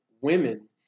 women